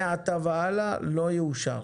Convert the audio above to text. מעתה והלאה זה לא יאושר.